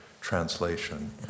translation